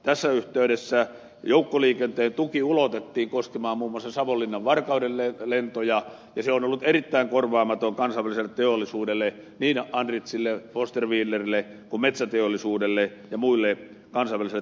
tässä yhteydessä joukkoliikenteen tuki ulotettiin koskemaan muun muassa savonlinnanvarkauden lentoja ja se on ollut erittäin korvaamatonta kansainväliselle teollisuudelle niin andritzille foster wheelerille kuin metsäteollisuudelle ja muille kansainvälisille toimijoille